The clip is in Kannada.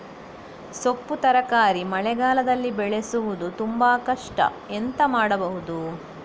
ಸೊಪ್ಪು ತರಕಾರಿ ಮಳೆಗಾಲದಲ್ಲಿ ಬೆಳೆಸುವುದು ತುಂಬಾ ಕಷ್ಟ ಎಂತ ಮಾಡಬಹುದು?